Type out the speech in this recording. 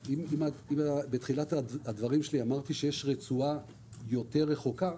בתחילת הדברים שלי אמרתי שיש רצועה יותר רחוקה,